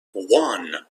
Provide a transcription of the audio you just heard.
one